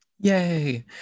Yay